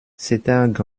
c’était